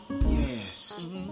yes